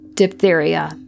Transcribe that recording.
Diphtheria